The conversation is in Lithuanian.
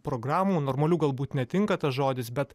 programų normalių galbūt netinka tas žodis bet